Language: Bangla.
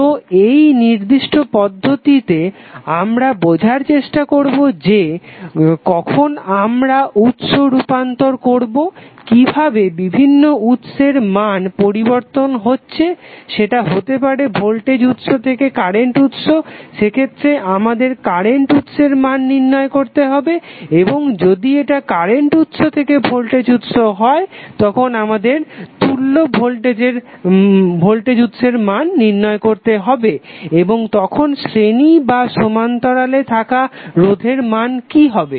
তো এই নির্দিষ্ট পদ্ধতিতে আমরা বোঝার চেষ্টা করবো যে কখন আমরা উৎস রূপান্তর করবো কিভাবে বিভিন্ন উৎসের মান পরিবর্তন হচ্ছে সেটা হতে পারে ভোল্টেজ উৎস থেকে কারেন্ট উৎস সেক্ষেত্রে আমাদের কারেন্ট উৎসের মান নির্ণয় করতে হবে এবং যদি এটা কারেন্ট উৎস থেকে ভোল্টেজ উৎস হয় তখন আমাদের তুল্য ভোল্টেজ উৎসের মান নির্ণয় করতে হবে এবং তখন শ্রেণী বা সমান্তরালে থাকা রোধের মান কি হবে